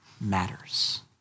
matters